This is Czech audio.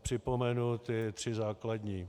Připomenu tři základní.